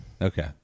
Okay